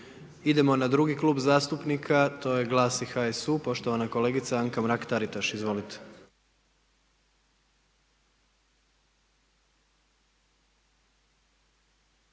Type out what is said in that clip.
Idemo na drugi klub zastupnika, to je GLAS i HSU, poštovana kolegica Anka Mrak Taritaš.